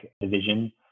division